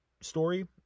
story